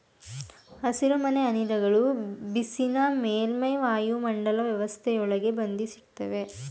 ಹಸಿರುಮನೆ ಅನಿಲಗಳು ಬಿಸಿನ ಮೇಲ್ಮೈ ವಾಯುಮಂಡಲ ವ್ಯವಸ್ಥೆಯೊಳಗೆ ಬಂಧಿಸಿಡ್ತವೆ